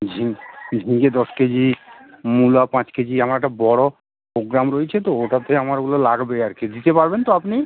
ঝিং ঝিঙ্গে দশ কেজি মূলা পাঁচ কেজি আমার একটা বড়ো প্রগ্রাম রয়েছে তো ওটাতে আমার ওগুলো লাগবে আর কি দিতে পারবেন তো আপনি